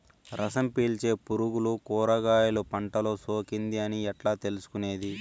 రసం పీల్చే పులుగులు కూరగాయలు పంటలో సోకింది అని ఎట్లా తెలుసుకునేది?